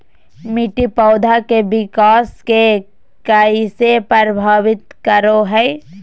मिट्टी पौधा के विकास के कइसे प्रभावित करो हइ?